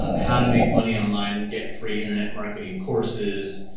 um how to make money online, get free internet marketing courses,